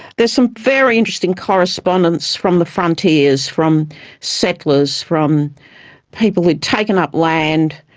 there's some very interesting correspondence from the frontiers, from settlers, from people who'd taken up land,